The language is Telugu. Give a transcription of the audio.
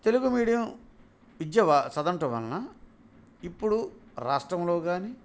తెలుగు మీడియం విద్య అ చదవటం వలన ఇప్పుడు రాష్ట్రంలో కానీ